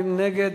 מי נגד?